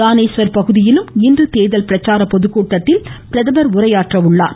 தானேஷா் பகுதியிலும் இன்று தேர்தல் பிரச்சார பொதுக்கூட்டத்தில் பிரதமர் உரையாற்ற உள்ளார்